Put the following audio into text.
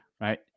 right